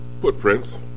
footprints